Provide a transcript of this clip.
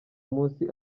munsi